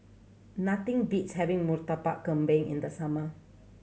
nothing beats having Murtabak Kambing in the summer